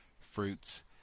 fruits